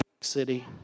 City